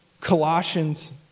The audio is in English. Colossians